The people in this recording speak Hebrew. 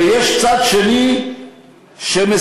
ויש צד שני שמסרב.